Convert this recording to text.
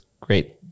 great